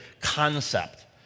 concept